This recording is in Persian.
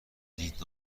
دید